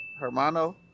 hermano